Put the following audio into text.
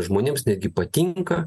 žmonėms netgi patinka